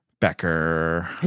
Becker